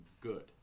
good